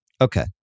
Okay